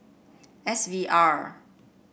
S V R